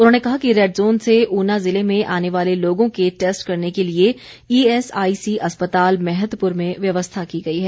उन्होंने कहा कि रैडज़ोन से ऊना ज़िले में आने वाले लोगों के टैस्ट करने के लिए ईएसआईसी अस्पताल मैहतपुर में व्यवस्था की गई है